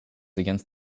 against